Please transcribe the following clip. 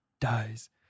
dies